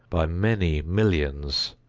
by many millions,